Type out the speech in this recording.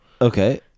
Okay